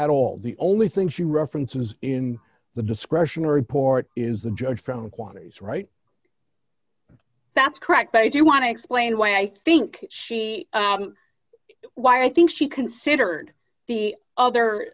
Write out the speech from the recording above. at all the only thing she references in the discretionary port is the judge found quantities right that's correct but i do want to explain why i think she why i think she considered the other